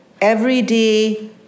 everyday